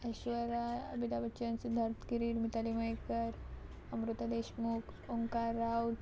Aishwarya Amita Bachchan Sidharth Kiri Mitali Mayekar Amruta Deshmukh Omkar Rawat